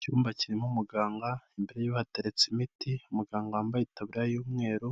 Icyumba kirimo umuganga imbere yiwe hateretse imiti, umuganga wambaye itabiriya y'umweru,